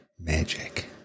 magic